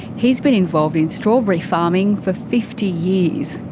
he's been involved in strawberry farming for fifty years,